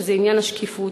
שזה עניין השקיפות.